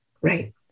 right